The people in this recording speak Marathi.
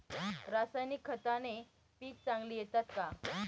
रासायनिक खताने पिके चांगली येतात का?